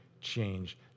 change